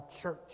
church